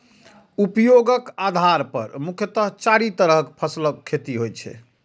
उपयोगक आधार पर मुख्यतः चारि तरहक फसलक खेती होइ छै